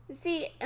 See